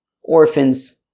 orphans